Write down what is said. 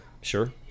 Sure